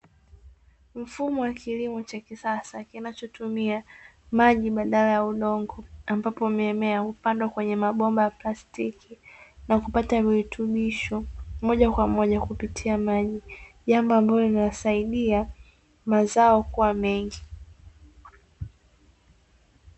Mfumo wa kilimo cha kisasa kinachootumia maji badala ya udongo, ambapo mimea hupandwa kwenye mabomba ya plastiki na kupata virutubisho moja kwa moja kupitia maji jambo ambalo linasaidia mazao kuwa mengi.